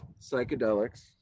psychedelics